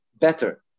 better